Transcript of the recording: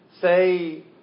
say